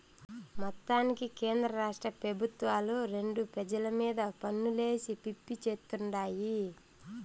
మొత్తానికి కేంద్రరాష్ట్ర పెబుత్వాలు రెండు పెజల మీద పన్నులేసి పిప్పి చేత్తుండాయి